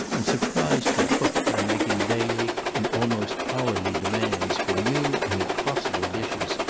and surprised her cook by making daily and almost hourly demands for new and impossible dishes,